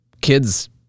kids